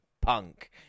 Punk